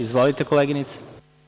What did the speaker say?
Izvolite koleginice.